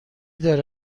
داره